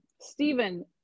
Stephen